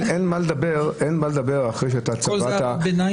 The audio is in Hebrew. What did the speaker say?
אין מה לדבר אחרי שאתה צבעת --- כל זה ביניים?